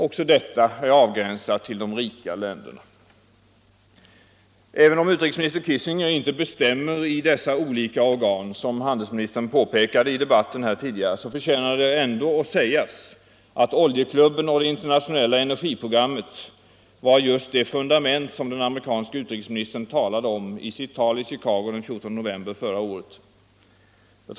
Också detta är avgränsat till de rika länderna. Utrikes-, handels Även om utrikesminister Kissinger — som handelsministern påpekade och valutapolitisk tidigare i debatten — inte bestämmer i dessa olika organ, förtjänar det — debatt att framhållas att oljeklubben och det internationella energiprogrammet var just det fundament som den amerikanske utrikesministern talade om i sitt tal i Chicago den 14 november förra året.